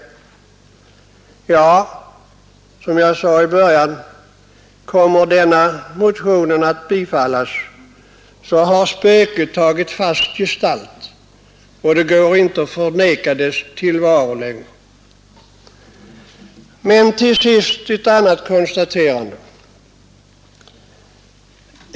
Ja, som jag sade i början av mitt anförande, om denna motion bifalles har spöket tagit fast gestalt, och det går inte att förneka dess tillvaro längre. Till sist ett annat konstaterande.